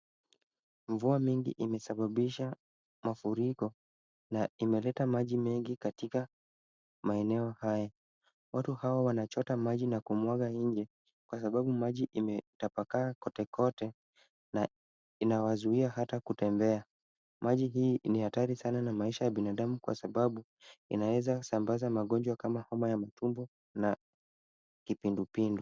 Mvua mingi imesababisha mafuriko na imeleta maji mengi katika maeneo haya. Watu hawa wanachota maji na kumwaga nje, kwa sababu maji imetapakaa kotekote na inawazuia hata kutembea. Maji hii ni hatari sana kwa maisha ya binadamu kwa sababu, inaweza sambaza magonjwa kama homa ya mtumbo na kipindupindu.